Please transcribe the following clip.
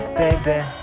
baby